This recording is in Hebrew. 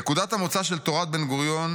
"נקודת המוצא של תורת בן-גוריון